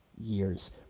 years